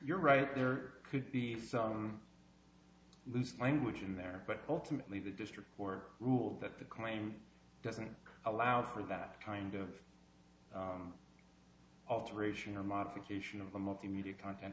you're right there could be this language in there but ultimately the district or rule that the claim doesn't allow for that kind of alteration or modification of the multimedia content